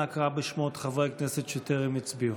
נא הקרא את שמות חברי הכנסת שטרם הצביעו.